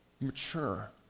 mature